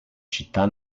città